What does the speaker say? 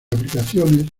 aplicaciones